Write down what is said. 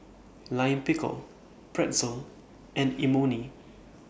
Lime Pickle Pretzel and Imoni